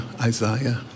Isaiah